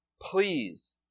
please